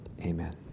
amen